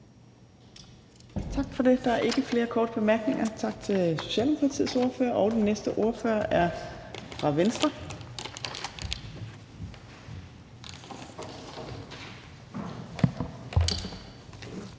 Tak for det. Der er ikke nogen korte bemærkninger til Socialdemokratiets ordfører. Så den næste ordfører er fra Venstre,